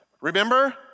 Remember